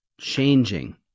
Changing